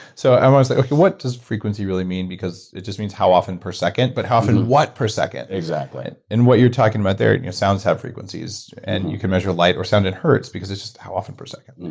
so, i'm honestly like, what does frequency really mean, because it just means how often per second. but how often what per second? exactly. and what you're talking about there, and sounds have frequencies, and you can measure light or sound in hertz, because it's just how often per second.